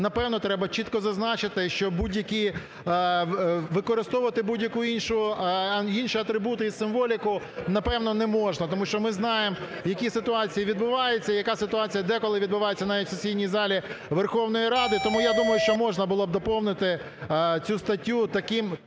напевно, треба чітко зазначити, що будь-які… використовувати будь-які інші атрибути і символіку, напевно, не можна. Тому що ми знаємо, в якій ситуації відбувається, яка ситуація йде, коли відбувається навіть у сесійній залі Верховної Ради. Тому, я думаю, що можна було б доповнити цю статтю такою